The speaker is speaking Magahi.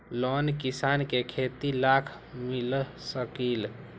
लोन किसान के खेती लाख मिल सकील?